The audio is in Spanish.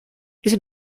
ese